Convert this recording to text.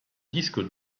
disque